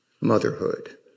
motherhood